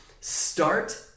Start